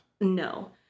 No